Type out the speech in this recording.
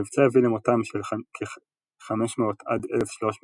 המבצע הביא למותם של כ-500 עד 1,300